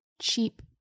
cheap